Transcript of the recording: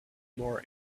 more